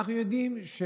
אנחנו יודעים שבנט